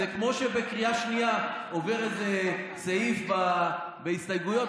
זה כמו שבקריאה שנייה עובר איזה סעיף בהסתייגויות,